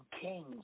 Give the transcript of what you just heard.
kings